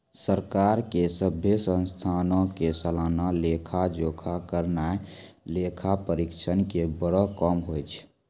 सरकार के सभ्भे संस्थानो के सलाना लेखा जोखा करनाय लेखा परीक्षक के बड़ो काम होय छै